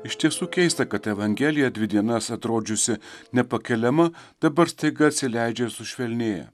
iš tiesų keista kad evangelija dvi dienas atrodžiusi nepakeliama dabar staiga atsileidžia ir sušvelnėja